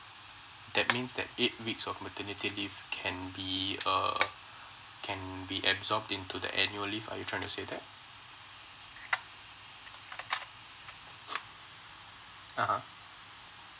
that means that eight weeks of maternity leave can be uh can be absorb into the annual leave are you trying to say that (uh huh)